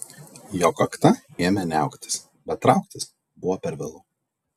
jo kakta ėmė niauktis bet trauktis buvo per vėlu